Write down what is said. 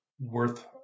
worth